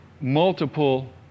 multiple